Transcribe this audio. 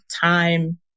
time